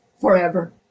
forever